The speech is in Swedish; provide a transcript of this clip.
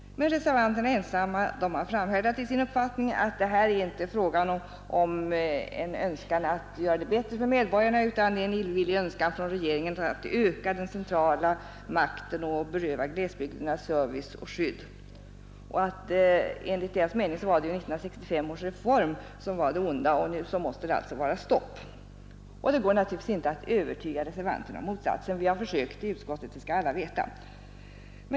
Reservanterna har ensamma framhärdat i sin uppfattning att det här inte är fråga om en önskan att göra det bättre för medborgarna, utan om en illvillig önskan från regeringen att öka den centrala makten och beröva glesbygderna service och skydd. Enligt deras mening var 1965 års reform det onda, och nu måste det alltså vara stopp. Det går naturligtvis inte att övertyga reservanterna om motsatsen. Vi har försökt i utskottet, det skall alla veta.